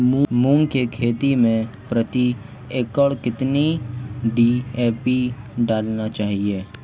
मूंग की खेती में प्रति एकड़ कितनी डी.ए.पी डालनी चाहिए?